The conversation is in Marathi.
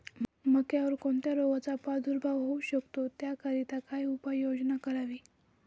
मक्यावर कोणत्या रोगाचा प्रादुर्भाव होऊ शकतो? त्याकरिता काय उपाययोजना करावी?